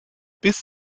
bis